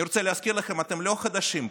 אני רוצה להזכיר לכם, אתם לא חדשים פה,